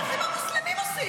את זה האחים המוסלמים עושים.